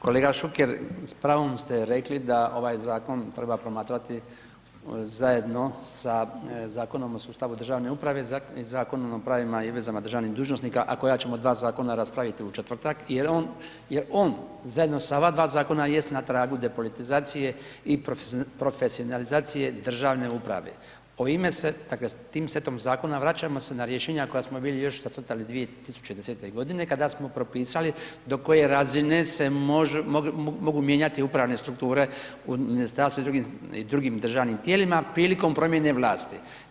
Kolega Šuker, s pravom ste rekli da ovaj zakon treba promatrati zajedno sa Zakonom o sustavu državne uprave i Zakonom o pravima i vezama državnih dužnosnika, a koja ćemo dva zakona raspraviti u četvrtak, jer on zajedno sa ova dva zakona, jest na tragu depolitizacije i profesionalizacije državne uprave. … s tim setom zakona vraćamo se ne rješenja koja smo bili još nacrtali 2010. g. kada smo propisali do koje razine se mogu mijenjati upravne strukture u ministarstvu i drugim državnim tijelima prilikom promjene vlasti.